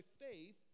faith